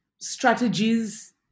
strategies